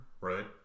right